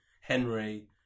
Henry